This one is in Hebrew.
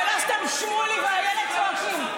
ולא סתם שמולי ואיילת צועקים.